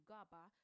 Gaba